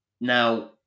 Now